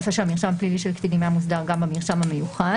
הנושא של המרשם פלילי של קטינים היה מוסדר גם במרשם המיוחד.